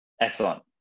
Excellent